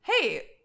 hey